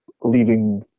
leaving